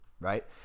Right